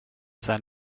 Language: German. sein